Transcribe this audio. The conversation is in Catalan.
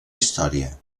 història